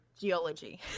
geology